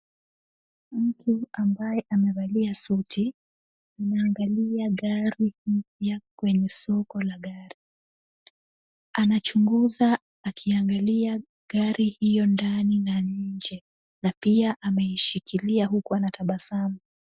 Mtu ambaye amevalia suti anaangalia gari mpya kwenye soko la gari. Anachunguza akiangalia gari hiyo ndani na nje na pia ameishikilia huku anatabasamu.